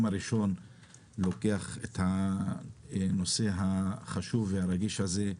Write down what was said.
הראשון לוקח את הנושא החשוב והרגיש הזה.